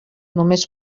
només